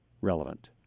relevant